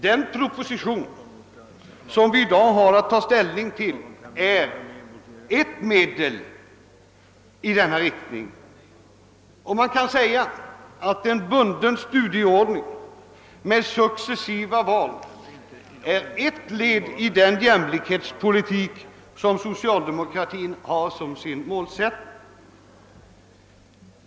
Den proposition som vi i dag har att ta ställning till är ett steg i denna riktning. Man kan säga att en bunden studieordning med successiva val är ett led i den jämlikhetspolitik som socialdemokratin har som sin målsättning.